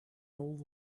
old